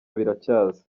biracyaza